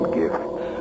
gifts